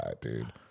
dude